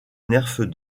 nerfs